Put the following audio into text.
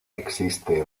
existe